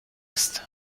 ist